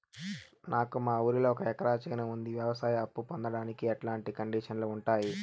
నాకు మా ఊరిలో ఒక ఎకరా చేను ఉంది, వ్యవసాయ అప్ఫు పొందడానికి ఎట్లాంటి కండిషన్లు ఉంటాయి?